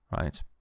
right